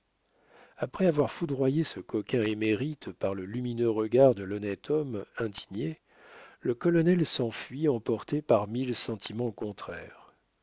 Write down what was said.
après avoir foudroyé ce coquin émérite par le lumineux regard de l'honnête homme indigné le colonel s'enfuit emporté par mille sentiments contraires